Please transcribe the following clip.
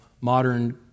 modern